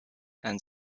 and